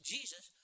Jesus